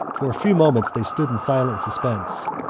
for a few moments they stood in silent suspense,